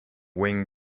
wing